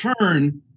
turn